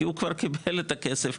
כי הוא כבר קיבל את הכסף.